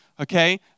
okay